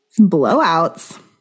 blowouts